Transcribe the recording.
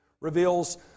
Reveals